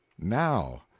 now!